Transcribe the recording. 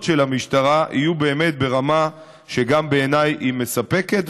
של המשטרה יהיו ברמה שגם בעיניי היא מספקת.